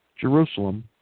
Jerusalem